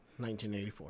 1984